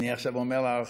אני עכשיו אומר לך,